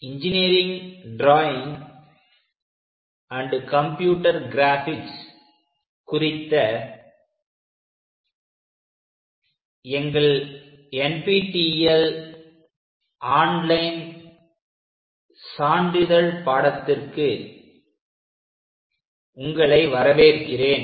engineering drawing and computer graphics குறித்த எங்கள் NPTEL online சான்றிதழ் பாடத்திற்கு உங்களை வரவேற்கிறேன்